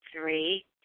Three